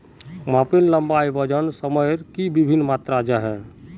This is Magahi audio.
मापन लंबाई वजन सयमेर की वि भिन्न मात्र जाहा?